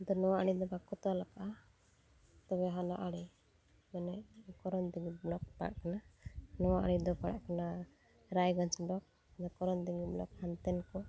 ᱟᱫᱚ ᱱᱚᱣᱟ ᱟᱲᱮᱫᱚ ᱵᱟᱠᱚ ᱛᱚᱞ ᱟᱠᱟᱫᱼᱟ ᱛᱚᱵᱮ ᱦᱟᱱᱟ ᱟᱲᱮ ᱢᱟᱱᱮ ᱠᱚᱨᱚᱱᱫᱤᱜᱷᱤ ᱵᱞᱚᱠ ᱯᱟᱲᱟᱜ ᱠᱟᱱᱟ ᱱᱚᱣᱟ ᱟᱲᱮᱫᱚ ᱯᱟᱲᱟᱜ ᱠᱟᱱᱟ ᱨᱟᱭᱜᱚᱸᱡᱽ ᱵᱞᱚᱠ ᱠᱚᱨᱚᱱᱫᱤᱜᱷᱤ ᱵᱞᱚᱠ ᱦᱟᱱᱛᱮᱱᱠᱚ ᱫᱚ